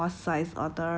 the damn big